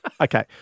Okay